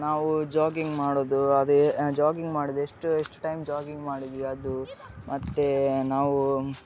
ನಾವು ಜೋಗಿಂಗ್ ಮಾಡೋದು ಅದೆ ಜೋಗಿಂಗ್ ಮಾಡಿದೆ ಎಷ್ಟು ಎಷ್ಟು ಟೈಮ್ ಜೋಗಿಂಗ್ ಮಾಡಿದ್ಯಾ ಅದು ಮತ್ತೆ ನಾವು